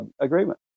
agreement